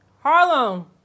harlem